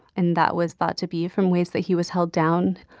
and that was thought to be from ways that he was held down.